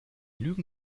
lügen